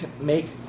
make